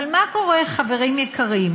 אבל מה קורה, חברים יקרים,